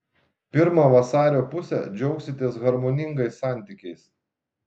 pirmą vasario pusę džiaugsitės harmoningais santykiais